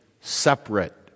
separate